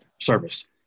service